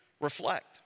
reflect